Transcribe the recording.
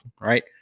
right